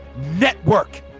network